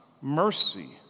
mercy